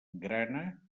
grana